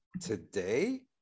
today